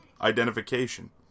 identification